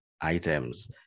items